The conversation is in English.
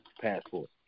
passport